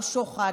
לא שוחד,